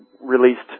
released